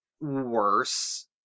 worse